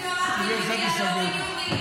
אתה לא צריך ללמד מה זה להיות יהודי.